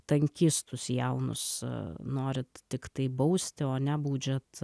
tankistus jaunus norit tiktai bausti o nebaudžiat